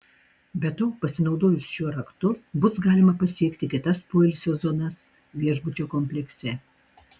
be to pasinaudojus šiuo raktu bus galima pasiekti kitas poilsio zonas viešbučio komplekse